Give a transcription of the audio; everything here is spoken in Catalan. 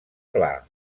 pla